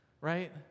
right